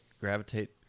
gravitate